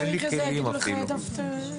אין לי כלים אפילו.